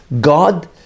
God